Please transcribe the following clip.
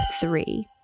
three